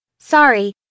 Sorry